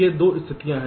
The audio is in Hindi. ये 2 स्थितियां हैं